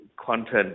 content